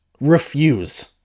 refuse